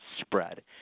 spread